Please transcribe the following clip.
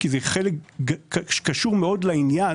כי זה קשור מאוד לעניין,